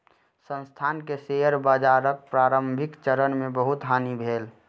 संस्थान के शेयर बाजारक प्रारंभिक चरण मे बहुत हानि भेल